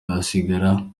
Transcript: asigaranye